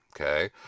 Okay